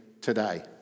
today